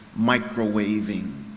microwaving